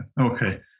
okay